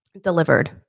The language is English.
delivered